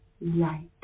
light